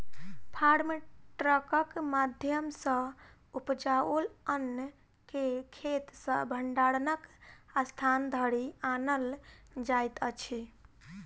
farm ट्रकक माध्यम सॅ उपजाओल अन्न के खेत सॅ भंडारणक स्थान धरि आनल जाइत अछि